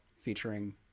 featuring